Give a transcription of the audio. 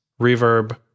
reverb